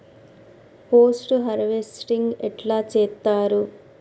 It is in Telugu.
పోస్ట్ హార్వెస్టింగ్ ఎట్ల చేత్తరు?